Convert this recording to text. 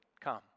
come